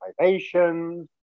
privatizations